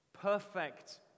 perfect